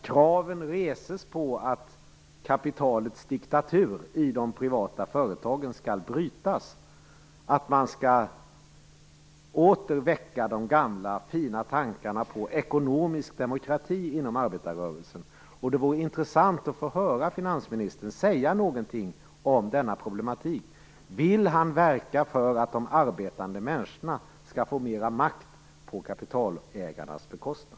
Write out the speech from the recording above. Kraven reses på att kapitalets diktatur i de privata företagen skall brytas och att man åter inom arbetarrörselsen skall väcka de gamla fina tankarna på ekonomisk demokrati. Det vore intressant att få höra finansministern säga någonting om denna problematik. Vill han verka för att de arbetande människorna skall få mer makt på kapitalägarnas bekostnad?